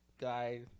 guy